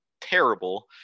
terrible